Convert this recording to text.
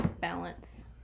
balance